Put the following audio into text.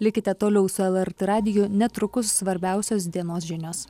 likite toliau su lrt radiju netrukus svarbiausios dienos žinios